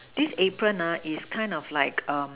this apron uh is kind of like err